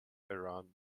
around